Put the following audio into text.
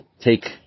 take